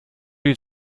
die